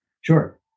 Sure